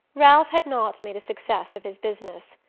ralph had not made a success of his business.